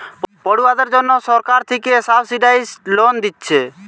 পড়ুয়াদের জন্যে সরকার থিকে সাবসিডাইস্ড লোন দিচ্ছে